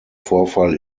vorfall